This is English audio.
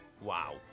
Wow